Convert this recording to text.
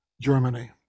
Germany